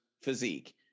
physique